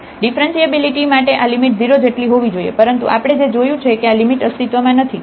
differentiability માટે આ limit 0 જેટલી હોવી જોઈએ પરંતુ આપણે જે જોયું છે કે આ લિમિટ અસ્તિત્વમાં નથી